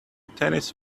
tennis